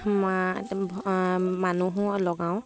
মা মানুহো লগাওঁ